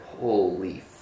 holy